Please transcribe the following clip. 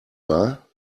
war